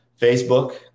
Facebook